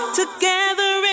together